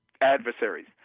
adversaries